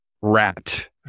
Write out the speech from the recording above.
rat